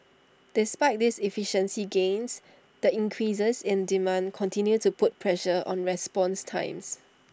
despite these efficiency gains the increases in demand continue to put pressure on response times